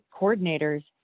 coordinators